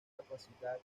capacidad